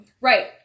right